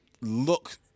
look